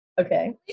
Okay